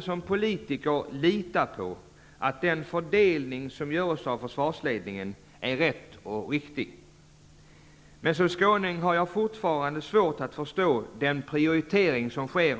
Som politiker måste vi lita på att den fördelning som görs av försvarsledningen är rätt och riktig. Men som skåning har jag fortfarande svårt att förstå den prioritering